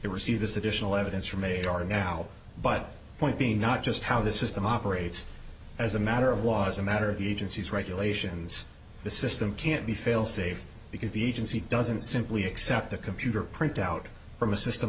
receive this additional evidence from a guard now but point being not just how this is them operates as a matter of was a matter of the agency's regulations the system can't be failsafe because the agency doesn't simply accept the computer printout from a system